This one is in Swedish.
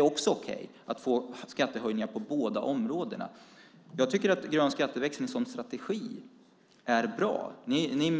Är det okej att få skattehöjningar på båda områdena? Jag tycker att grön skatteväxling som strategi är bra, men ni